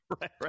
Right